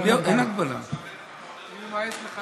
אתחיל איתך,